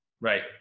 Right